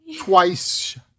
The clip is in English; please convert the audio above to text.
twice